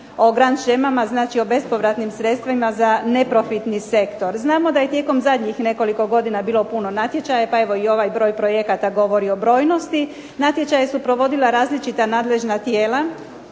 o grand shemama, znači o bespovratnim sredstvima za neprofitni sektor. Znamo da je tijekom zadnjih nekoliko godina bilo puno natječaja, pa evo i ovaj broj projekata govori o brojnosti, natječaje su provodila različita nadležna tijela,